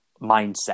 mindset